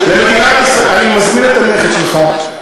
אני מזמין את הנכד שלך,